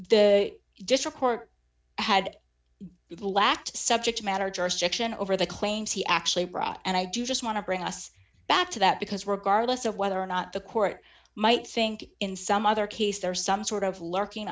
district court had lacked subject matter jurisdiction over the claims he actually brought and i just want to bring us back to that because regardless of whether or not the court might think in some other case there is some sort of lurking